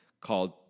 called